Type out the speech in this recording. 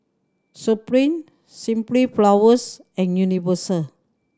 Supreme Simply Flowers and Universal